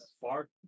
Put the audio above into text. Far